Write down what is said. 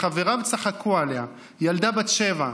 "וחבריו צחקו עליה" ילדה בת שבע,